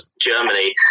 Germany